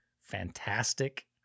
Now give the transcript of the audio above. fantastic